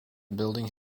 building